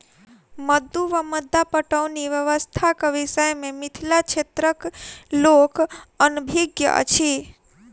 मद्दु वा मद्दा पटौनी व्यवस्थाक विषय मे मिथिला क्षेत्रक लोक अनभिज्ञ अछि